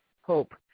hope